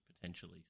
potentially